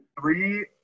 Three